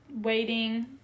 waiting